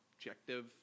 objective